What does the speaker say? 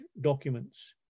documents